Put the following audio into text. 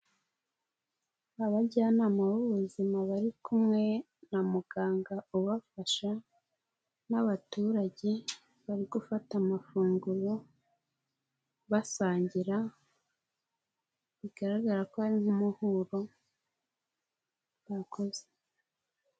Abajyanama b'ubuzima bari kumwe na muganga ubafasha n'abaturage bari gufata amafunguro basangira bigaragara ko ari nk'umuhuro bakoze.